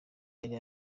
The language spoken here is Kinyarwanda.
yari